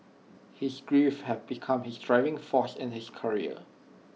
his grief had become his driving force in his career